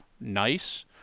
nice